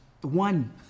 One